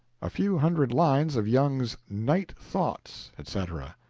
a few hundred lines of young's night thoughts, etc,